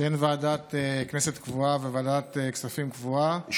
שאין ועדת כנסת קבועה וועדת כספים קבועה,